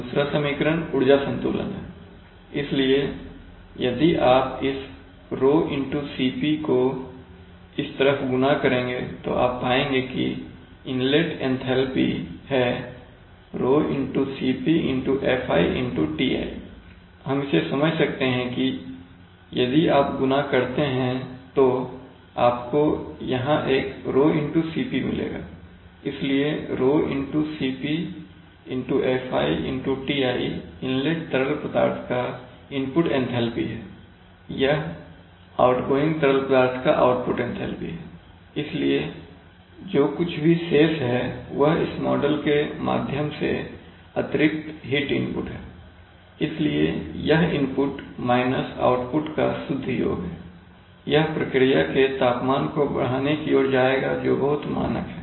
दूसरा समीकरण ऊर्जा संतुलन है इसलिए यदि आप इस ρCp को इस तरफ गुणा करेंगे तो आप पाएंगे कि इनलेट एंथैल्पी है ρCpFi Ti हम इसे समझ सकते हैं कि यदि आप गुणा करते हैं तो आपको यहाँ एक ρCp मिलेगा इसलिए ρCpFiTi इनलेट तरल पदार्थ का इनपुट एंथैल्पी है यह आउटगोइंग तरल का आउटपुट एंथैल्पी है इसलिए जो कुछ भी शेष है वह इस कॉइल के माध्यम से अतिरिक्त हीट इनपुट है इसलिए यह इनपुट माइनस आउटपुट का शुद्ध योग है यह प्रक्रिया के तापमान को बढ़ाने की ओर जाएगा जो बहुत मानक है